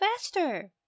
faster